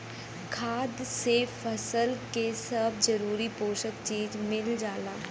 खाद से फसल के सब जरूरी पोषक चीज मिल जाला